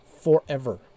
forever